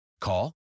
Call